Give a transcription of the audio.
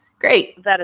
great